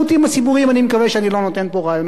אני מקווה שאני לא נותן פה רעיונות לממשלה.